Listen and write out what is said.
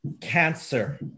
cancer